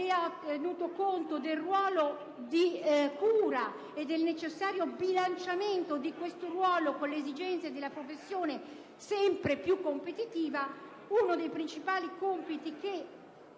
che ha tenuto conto del ruolo di cura e del necessario bilanciamento di questo ruolo con le esigenze di una professione sempre più competitiva, uno dei principali compiti che